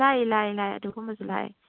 ꯂꯥꯛꯏ ꯂꯥꯛꯏ ꯂꯥꯛꯏ ꯑꯗꯨꯒꯨꯝꯕꯁꯨ ꯂꯥꯛꯑꯦ